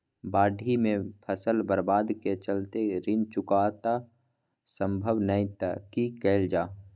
बाढि में फसल बर्बाद के चलते ऋण चुकता सम्भव नय त की कैल जा?